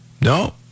No